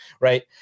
Right